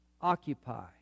Occupy